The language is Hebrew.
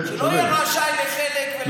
שלא יהיה רשאי לחלק ולחלק לא.